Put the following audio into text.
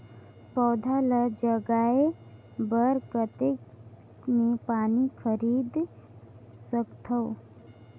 पौधा ल जगाय बर कतेक मे मशीन खरीद सकथव?